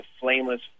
flameless